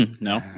no